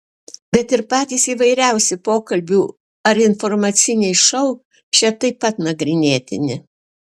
bet ir patys įvairiausi pokalbių ar informaciniai šou čia taip pat nagrinėtini